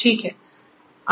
ठीक है